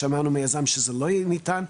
שמענו מהיזם שזה לא ניתן.